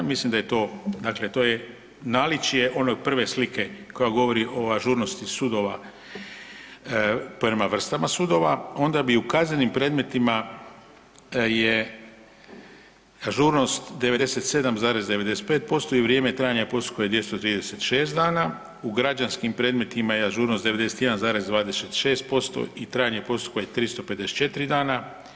Mislim da je to, dakle to je naličje one prve slike koja govori o ažurnosti sudova prema vrstama sudova, onda bi u kaznenim predmeta je ažurnost 97,95% i vrijeme trajanja postupka je 236 dana, u građanskim predmetima je ažurnost 91,26% i trajanje postupka je 354 dana.